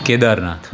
Kedarnath